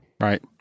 Right